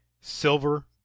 silver